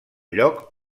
lloc